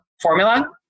formula